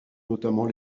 notamment